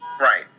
Right